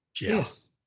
Yes